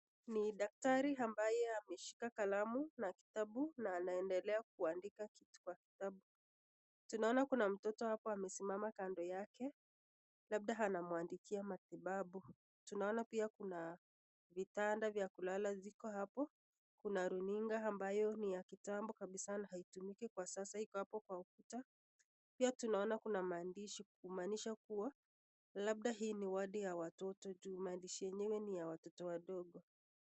Ni daktari ambaye ameshika kalamu na kitabu na anaendelea kuandika kitu kwa kitabu. Tunaona kuna mtoto hapo amesimama kando yake, labda anamuandikia matibabu. Tunaona pia kuna vitanda vya kulala ziko hapo. Kuna runinga ambayo ni ya kitambo kabisa na haitumiki kwa sasa, iko hapo kwa ukuta. Pia tunaona kuna maandishi kumaanisha kuwa labda hii ni wadi ya watoto, juu maandishi yenyewe ni ya watoto wadogo.